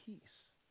Peace